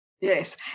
Yes